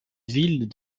ville